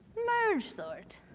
mergesort,